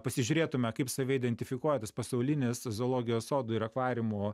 pasižiūrėtume kaip save identifikuoja tas pasaulinis zoologijos sodų ir akvariumų